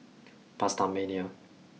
PastaMania